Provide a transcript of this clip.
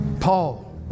Paul